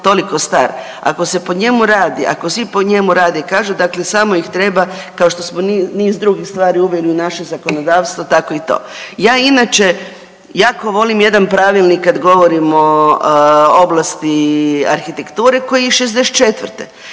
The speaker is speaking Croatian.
ako se po njemu radi, ako svi po njemu rade i kaže dakle samo ih treba kao što smo niz drugih stvari uveli u naše zakonodavstvo tako i to. Ja inače jako volim jedan pravilnik kad govorimo o oblasti arhitekture koji je iz '64.,